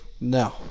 No